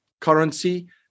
currency